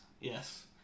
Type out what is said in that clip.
Yes